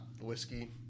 whiskey